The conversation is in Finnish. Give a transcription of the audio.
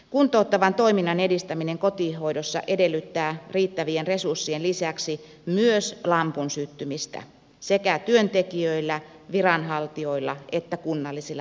kuntouttavan toiminnan edistäminen kotihoidossa edellyttää riittävien resurssien lisäksi myös lampun syttymistä sekä työntekijöillä viranhaltijoilla että kunnallisilla päättäjillä